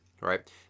right